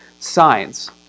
Signs